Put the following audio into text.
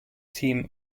team